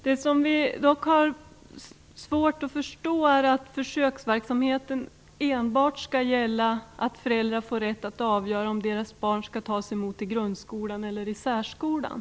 Det som vi har svårt att förstå är att försöksverksamheten enbart skall gälla att föräldrar får rätt att avgöra om deras barn skall tas emot i grundskolan eller i särskolan.